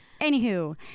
Anywho